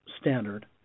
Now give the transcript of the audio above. standard